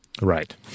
right